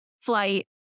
flight